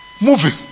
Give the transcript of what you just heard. moving